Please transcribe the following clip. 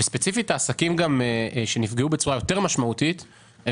ספציפית העסקים שנפגעו בצורה משמעותית יותר הם